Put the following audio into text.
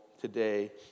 today